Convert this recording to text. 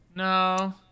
No